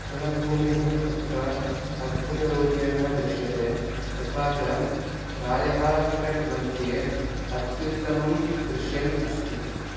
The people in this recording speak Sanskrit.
तृणभूमिः अत्र अद्भुतरूपेण दृश्यते तथा च प्रायः ट्रेक् मध्ये अत्युत्तमं दृश्यम् अस्ति